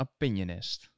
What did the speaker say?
opinionist